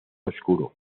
oscuro